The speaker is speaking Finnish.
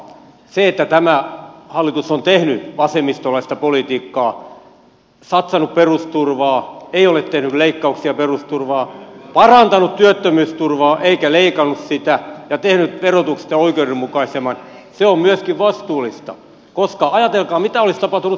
se että tämä hallitus on tehnyt vasemmistolaista politiikkaa satsannut perusturvaan ei ole tehnyt leikkauksia perusturvaan on parantanut työttömyysturvaa eikä leikannut sitä ja tehnyt verotuksesta oikeudenmukaisemman on myöskin vastuullista koska ajatelkaa mitä olisi tapahtunut työmarkkinaratkaisulle